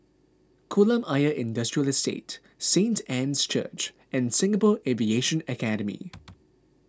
Kolam Ayer Industrial Estate Saint Anne's Church and Singapore Aviation Academy